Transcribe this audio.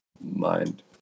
mind